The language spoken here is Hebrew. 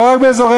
לא רק באזורנו,